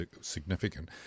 significant